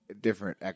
different